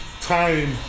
time